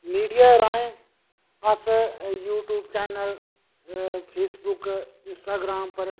media राहें अस YouTube channel Facebook Instagram पर